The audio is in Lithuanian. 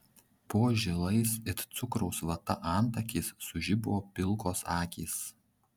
po žilais it cukraus vata antakiais sužibo pilkos akys